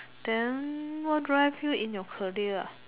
then what drive you in your career ah